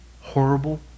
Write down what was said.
horrible